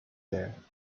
there